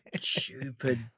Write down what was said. stupid